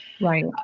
Right